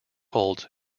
holds